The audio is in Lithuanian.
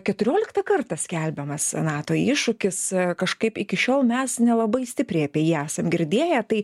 keturioliktą kartą skelbiamas nato iššūkis kažkaip iki šiol mes nelabai stipriai apie jį esam girdėję tai